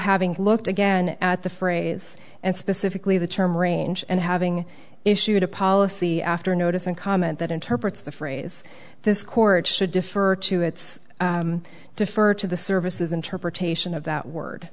having looked again at the phrase and specifically the term range and having issued a policy after notice and comment that interprets the phrase this court should defer to its defer to the services interpretation of that word